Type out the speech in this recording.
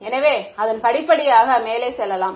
எனவே அதன் படிப்படியாக மேலே செல்லலாம்